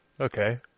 Okay